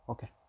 Okay